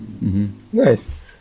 Nice